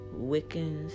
wiccans